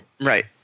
right